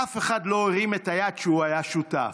אף אחד לא הרים את היד שהוא היה שותף,